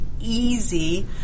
easy